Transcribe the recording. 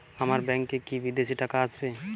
আমার ব্যংকে কি বিদেশি টাকা আসবে?